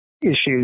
issues